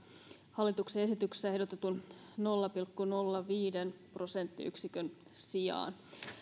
hallituksen esityksessä ehdotetun nolla pilkku nolla viisi prosenttiyksikön sijaan